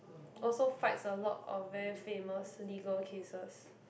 also fights a lot of very famous legal cases